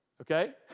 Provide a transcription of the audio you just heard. okay